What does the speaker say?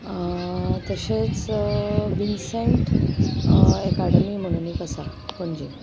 तशेंच Vincent academy म्हणून एक आसा पणजे